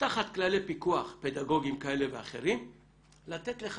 תחת כללי פיקוח פדגוגיים כאלה ואחרים לתת לך